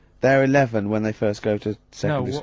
they're eleven when they first go to so